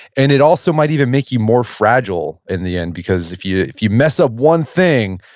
and it also might even make you more fragile in the end, because if you if you mess up one thing,